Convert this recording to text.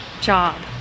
job